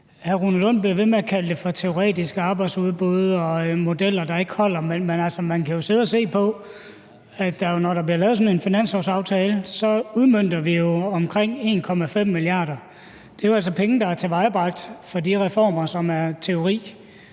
Rune Lund bliver ved med at kalde det for et teoretisk arbejdsudbud og modeller, der ikke holder, men man kan jo sidde og se på, at vi, når der bliver lavet sådan en finanslovsaftale, udmønter omkring 1,5 mia. kr. Det er jo altså penge, der er tilvejebragt gennem de reformer, som så er teori.